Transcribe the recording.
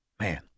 Man